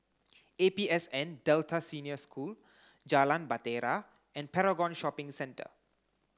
A P S N Delta Senior School Jalan Bahtera and Paragon Shopping Centre